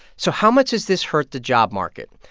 so how much does this hurt the job market?